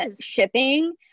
shipping